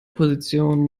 position